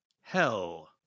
hell